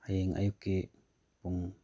ꯍꯌꯦꯡ ꯑꯌꯨꯛꯀꯤ ꯄꯨꯡ